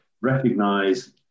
recognize